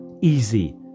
easy